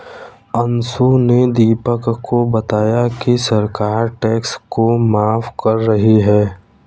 अंशु ने दीपक को बताया कि सरकार टैक्स को माफ कर रही है